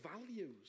values